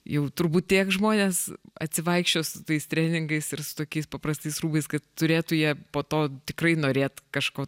jau turbūt tiek žmonės atsivaikščios su tais treningais ir su tokiais paprastais rūbais kad turėtų jie po to tikrai norėt kažko